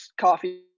coffee